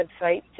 website